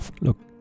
Look